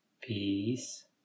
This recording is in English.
Peace